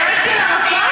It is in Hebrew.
יועץ של ערפאת?